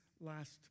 last